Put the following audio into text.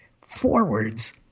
forwards